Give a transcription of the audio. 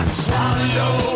swallow